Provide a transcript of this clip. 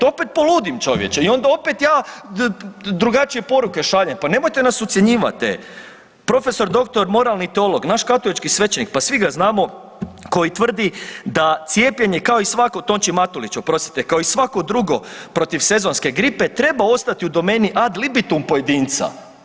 Opet poludim čovječe i onda opet ja drugačije poruke šaljem, pa nemojte nas ucjenjivat e. Profesor doktor moralni teolog, naš katolički svećenik, pa svi ga znamo, koji tvrdi da cijepljenje kao i svako, Tonči Matolić, oprostiti, kao i svako drugo protiv sezonske gripe treba ostati u domeni ad libitum pojedinca.